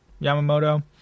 Yamamoto